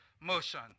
motion